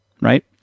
right